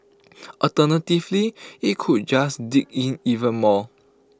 alternatively IT could just dig in even more